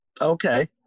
Okay